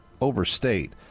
overstate